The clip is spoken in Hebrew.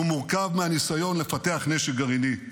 הוא מורכב מהניסיון לפתח נשק גרעיני.